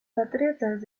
patriotas